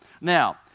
Now